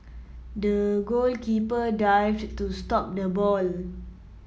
the goalkeeper dived to stop the ball